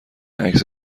عکس